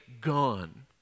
gone